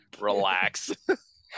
Relax